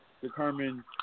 Determine